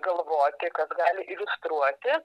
galvoti kas gali iliustruoti